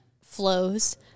flows